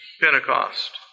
Pentecost